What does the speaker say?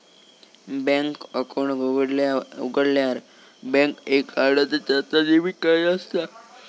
bank account उघाडल्यार bank एक card देता ता डेबिट कार्ड असता